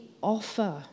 offer